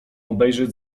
obejrzeć